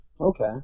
Okay